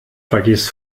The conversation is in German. vergiss